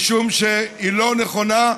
משום שהיא לא נכונה,